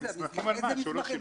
איזה מסמכים?